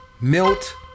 Milt